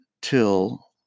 till